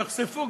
יחשפו,